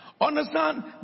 understand